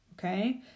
Okay